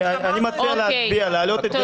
אני מציע להצביע, להעלות את זה להצבעה.